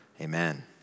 Amen